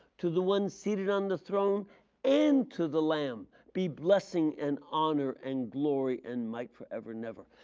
to the one seated on the throne and to the lamb be blessing and honor and glory and might forever and ever.